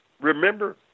Remember